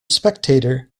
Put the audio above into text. spectator